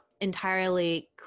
entirely